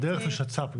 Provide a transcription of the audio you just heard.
דרך זה שצ"פ גבירתי.